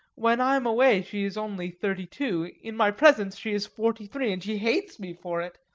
when i am away she is only thirty-two, in my presence she is forty-three, and she hates me for it.